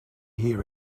hear